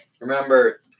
Remember